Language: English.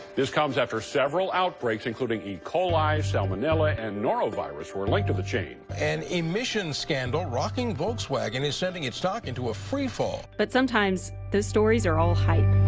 this comes after several outbreaks, including e. coli, salmonella and norovirus were linked to the chain. an emissions scandal rocking volkswagen is sending its stock into a free fall. but sometimes those stories are all hype.